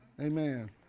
Amen